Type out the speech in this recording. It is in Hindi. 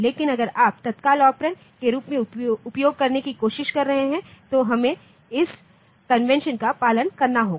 लेकिन अगर आप तत्काल ऑपरेंड के रूप में उपयोग करने कि कोशिश कर रहे तो हमें इस कन्वेंशन का पालन करना होगा